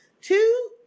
two